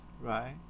right